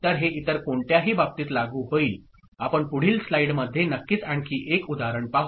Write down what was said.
तर हे इतर कोणत्याही बाबतीत लागू होईल आपण पुढील स्लाइडमध्ये नक्कीच आणखी एक उदाहरण पाहू